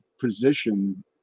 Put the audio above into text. position